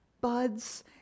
buds